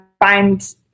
find